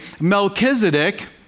Melchizedek